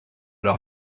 leur